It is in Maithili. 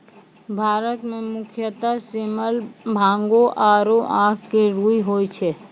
भारत मं मुख्यतः सेमल, बांगो आरो आक के रूई होय छै